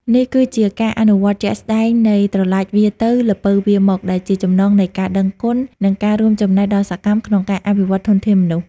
នេះគឺជាការអនុវត្តជាក់ស្តែងនៃ "ត្រឡាចវារទៅ ល្ពៅវារមក" ដែលជាចំណងនៃការដឹងគុណ និងការរួមចំណែកដ៏សកម្មក្នុងការអភិវឌ្ឍធនធានមនុស្ស។